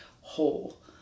whole